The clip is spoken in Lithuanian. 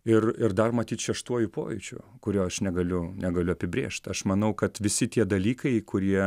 ir ir dar matyt šeštuoju pojūčiu kurio aš negaliu negaliu apibrėžt aš manau kad visi tie dalykai kurie